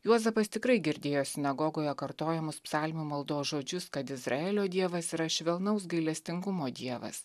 juozapas tikrai girdėjo sinagogoje kartojamus psalmių maldos žodžius kad izraelio dievas yra švelnaus gailestingumo dievas